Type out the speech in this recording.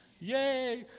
Yay